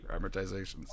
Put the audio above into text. amortizations